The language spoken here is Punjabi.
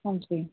ਹਾਂਜੀ